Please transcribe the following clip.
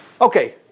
Okay